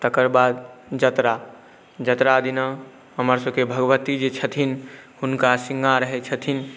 तकर बाद जतरा जतरा दिना हमरसबके भगवती जे छथिन हुनका शृँगार होइ छथिन